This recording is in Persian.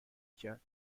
کرد